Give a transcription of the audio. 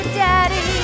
daddy